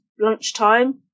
lunchtime